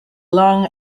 long